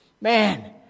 Man